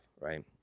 right